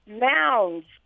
mounds